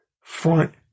front